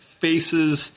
faces